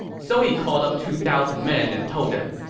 so he called up two thousand men and told them,